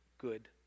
good